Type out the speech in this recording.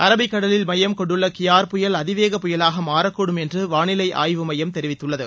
அரபிக்கடலில் மையம் கொண்டுள்ள கியார் புயல் அதிவேக புயலாக மாறக்கூடும் என்று வானிலை ஆய்வு மையம் தெரிவித்துள்ளது